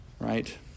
Right